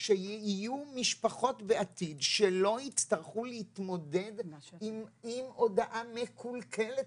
שיהיו משפחות בעתיד שלא יצטרכו להתמודד עם הודעה מקולקלת,